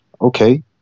okay